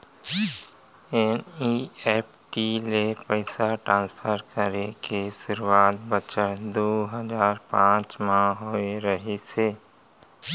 NEFT ले पइसा transfer करे के सुरूवात बछर दू हजार पॉंच म होय रहिस हे